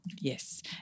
Yes